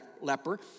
leper